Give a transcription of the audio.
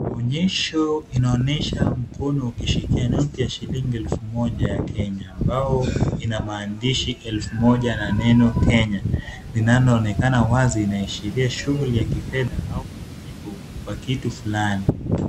Maonyesha inaonyesha mkono ukishika noti ya shilingi elfu moja ya Kenya ambayo ina maandishi elfu moja na neno Kenya linaloonekana wazi. Inaashiria shughuli ya kifedha au malipo wa kitu fulani.